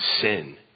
sin